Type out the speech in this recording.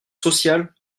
sociale